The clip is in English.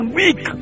weak